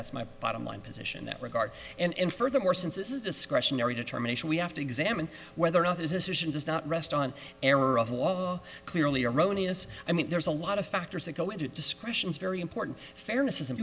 that's my bottom line position that regard and furthermore since this is discretionary determination we have to examine whether or not there's decision does not rest on error of was clearly erroneous i mean there's a lot of factors that go into descriptions very important fairness is